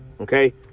Okay